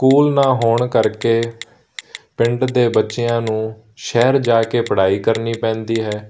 school ਨਾ ਹੋਣ ਕਰਕੇ ਪਿੰਡ ਦੇ ਬੱਚਿਆਂ ਨੂੰ ਸ਼ਹਿਰ ਜਾ ਕੇ ਪੜ੍ਹਾਈ ਕਰਨੀ ਪੈਂਦੀ ਹੈ